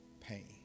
pain